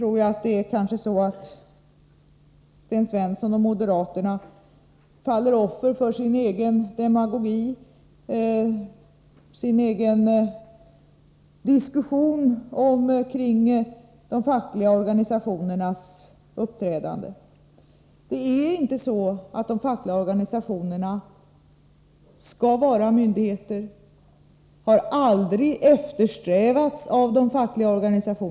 Kanske faller Sten Svensson och moderaterna offer för sin egen demagogi, sin egen diskussion om de fackliga organisationernas uppträdande. De fackliga organisationerna skall inte vara myndigheter, och de har aldrig eftersträvat att vara det.